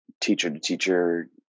teacher-to-teacher